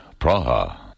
Praha